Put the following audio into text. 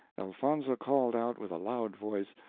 elfonzo called out with a loud voice,